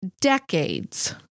decades